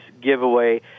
giveaway